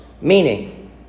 Meaning